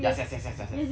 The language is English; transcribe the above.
yes yes yes yes yes